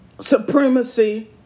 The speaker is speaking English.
Supremacy